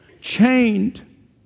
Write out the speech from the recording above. chained